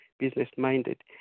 business-minded